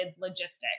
logistics